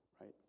right